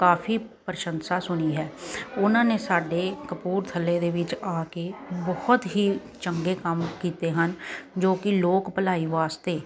ਕਾਫੀ ਪ੍ਰਸ਼ੰਸਾ ਸੁਣੀ ਹੈ ਉਹਨਾਂ ਨੇ ਸਾਡੇ ਕਪੂਰਥੱਲੇ ਦੇ ਵਿੱਚ ਆ ਕੇ ਬਹੁਤ ਹੀ ਚੰਗੇ ਕੰਮ ਕੀਤੇ ਹਨ ਜੋ ਕਿ ਲੋਕ ਭਲਾਈ ਵਾਸਤੇ